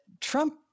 Trump